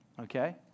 Okay